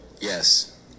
Yes